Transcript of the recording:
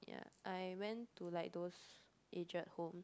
ya I went to like those aged home